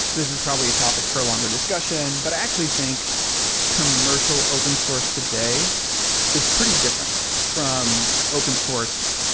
this is probably a topic for a longer discussion, but i actually think commercial open source today is pretty different from open source,